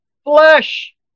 Flesh